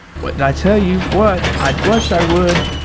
what did i tell you? what? i'd blush, i would.